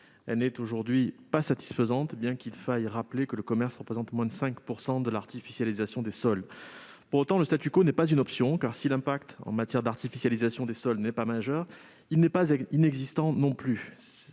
Elle n'est aujourd'hui pas satisfaisante, même s'il faut rappeler que le commerce représente moins de 5 % de l'artificialisation des sols. Pour autant, le n'est pas une option, car si l'impact en matière d'artificialisation des sols n'est pas majeur, il n'est pas inexistant non plus.